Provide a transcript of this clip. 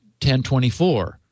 1024